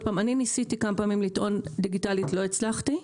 אני ניסיתי כמה פעמים לטעון דיגיטלית, לא הצלחתי.